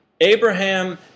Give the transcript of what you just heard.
Abraham